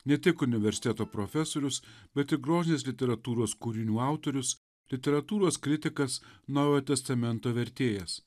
ne tik universiteto profesorius bet ir grožinės literatūros kūrinių autorius literatūros kritikas naujojo testamento vertėjas